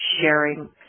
sharing